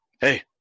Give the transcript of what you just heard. hey